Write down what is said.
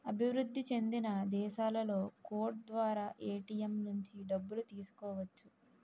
అభివృద్ధి చెందిన దేశాలలో కోడ్ ద్వారా ఏటీఎం నుంచి డబ్బులు తీసుకోవచ్చు